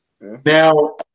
Now